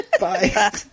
Bye